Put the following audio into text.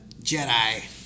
Jedi